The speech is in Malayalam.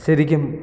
ശരിക്കും